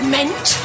Meant